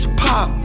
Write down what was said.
pop